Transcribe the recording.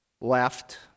left